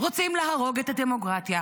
רוצים להרוג את הדמוקרטיה.